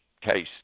case